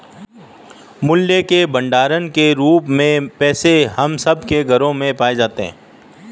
मूल्य के भंडार के रूप में पैसे हम सब के घरों में पाए जाते हैं